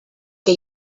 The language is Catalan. que